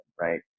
right